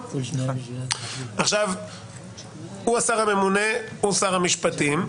הוא השר הממונה, הוא שר המשפטים.